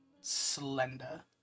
slender